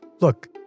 Look